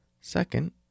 Second